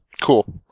Cool